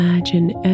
Imagine